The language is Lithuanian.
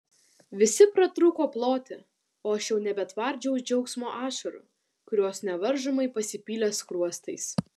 visi pratrūko ploti o aš jau nebetvardžiau džiaugsmo ašarų kurios nevaržomai pasipylė skruostais